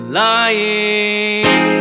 lying